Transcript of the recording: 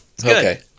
Okay